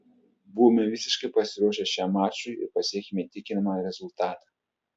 buvome visiškai pasiruošę šiam mačui ir pasiekėme įtikinamą rezultatą